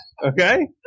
Okay